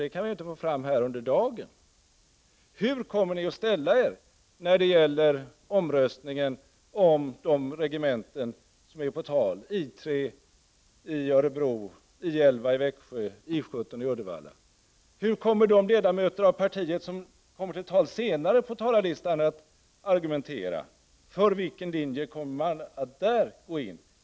Det kan vi ju inte få fram här under dagen. Hur kommer ni att ställa er när det gäller omröstningen om de regementen som är på tal — I 3 i Örebro, I 11 i Växjö och I 17 i Uddevalla? Hur kommer de ledamöter i partiet som kommer till tals senare i debatten att argumentera? För vilken linje kommer man att gå in?